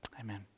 Amen